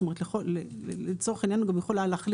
זאת אומרת, לצורך העניין הוא גם יכול היה להחליט